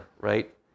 right